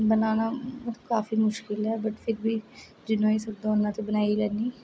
बनाना काफी मुशकिल ऐ बट फिर बी जिन्ना होई सकदा उन्ना ते बनाई गै लैन्नी